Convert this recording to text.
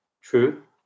True